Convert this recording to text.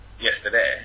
yesterday